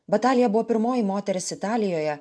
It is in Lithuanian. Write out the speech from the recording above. batalija buvo pirmoji moteris italijoje